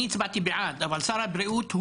הצבעה בעד פה